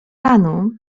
panu